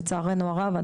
לצערנו הרב,